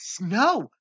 No